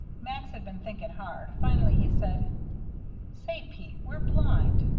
max had been thinking hard. finally he said say, pete, we're blind.